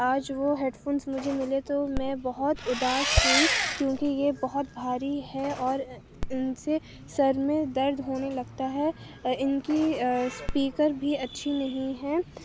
آج وہ headphones مجھے ملے تو میں بہت اُداس ہوئی کیونکہ یہ بہت بھاری ہے اور اِن سے سر میں درد ہونے لگتا ہے اِن کی اسپیکر بھی اچھی نہیں ہے